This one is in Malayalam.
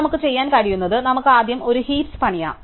അതിനാൽ നമുക്ക് ചെയ്യാൻ കഴിയുന്നത് നമുക്ക് ആദ്യം ഒരു ഹീപ്സ് പണിയാം